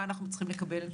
מה אנחנו צריכים לקבל.